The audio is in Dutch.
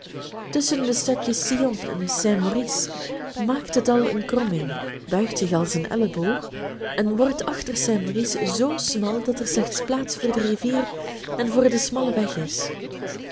tusschen de stadjes sion en saint maurice maakt het dal een kromming buigt zich als een elleboog en wordt achter saint maurice zoo smal dat er slechts plaats voor de rivier en voor den smallen weg is